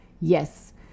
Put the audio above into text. Yes